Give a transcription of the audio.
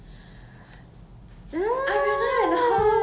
uh ya